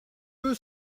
peu